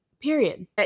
period